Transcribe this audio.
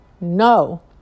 no